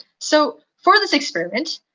so for this experiment,